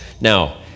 Now